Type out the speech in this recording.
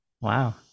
Wow